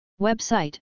Website